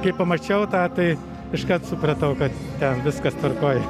kai pamačiau tą tai iškart supratau kad ten viskas tvarkoje